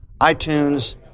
iTunes